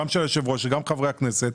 גם של היושב-ראש וגם של חברי הכנסת,